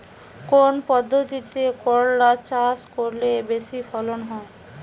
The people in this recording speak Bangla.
কোন পদ্ধতিতে করলা চাষ করলে বেশি ফলন হবে?